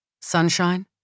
Sunshine